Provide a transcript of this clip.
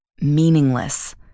Meaningless